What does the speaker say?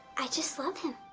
i just love him.